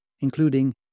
including